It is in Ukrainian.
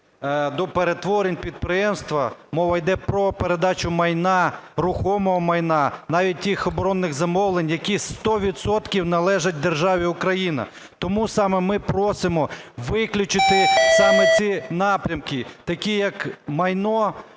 до перетворень підприємства мова йде про передачу майна, рухомого майна, навіть тих оборонних замовлень, які 100 відсотків належать державі Україна. Тому саме ми просимо виключити саме ці напрямки, такі як майно,